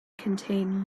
contain